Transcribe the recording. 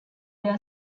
their